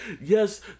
yes